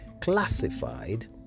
classified